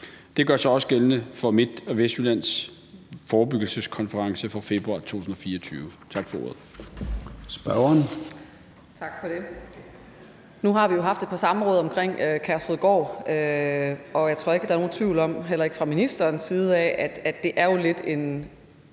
Det gør sig også gældende for Midt- og Vestjyllands forebyggelseskonference fra februar 2024. Tak for ordet.